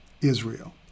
Israel